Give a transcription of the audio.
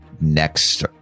next